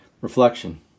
Reflection